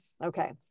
okay